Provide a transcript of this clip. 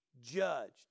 judged